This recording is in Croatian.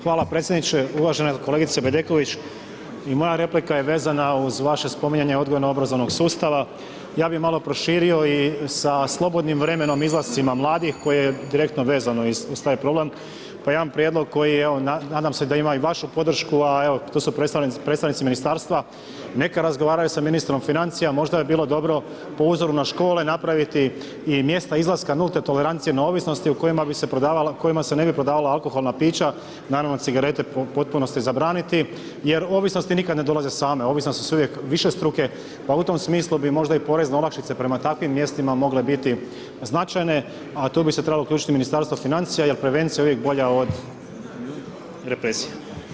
Hvala predsjedniče, uvažena kolegice Bedeković i moja replika je vezana uz vaše spominjanje odgojno-obrazovnog sustava, ja bi malo proširio i sa slobodnim vremenom, izlascima mladih koje je direktno vezano uz taj problem, pa jedan prijedlog koji je nadam se da ima i vašu podršku, a evo tu su predstavnici ministarstva, neka razgovaraju s ministrom financija, možda bi bilo dobro po uzoru na škole napraviti i mjesta izlaska nulte tolerancije neovisnosti u kojima bi se prodavala, u kojima se ne bi prodavala alkoholna pića, naravno cigarete u potpunosti zabraniti, jer ovisnosti nikada ne dolaze same, ovisnosti su uvijek višestruke pa u tom smislu bi možda i porezne olakšice prema takvim mjestima mogle biti značajne, a tu bi se trebalo uključiti Ministarstvo financija jer prevencija je uvijek bolja od represije.